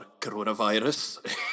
coronavirus